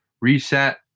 reset